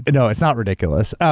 but no, it's not ridiculous.